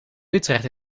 utrecht